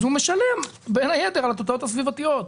אז הוא משלם בין היתר על התוצאות הסביבתיות.